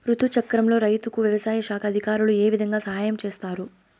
రుతు చక్రంలో రైతుకు వ్యవసాయ శాఖ అధికారులు ఏ విధంగా సహాయం చేస్తారు?